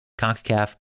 CONCACAF